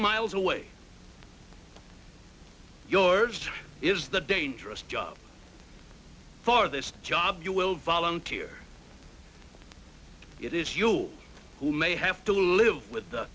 miles away yours is the dangerous job for this job you will volunteer it is you who may have to live with